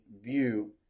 view